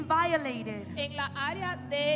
violated